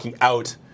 out